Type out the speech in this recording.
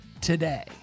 today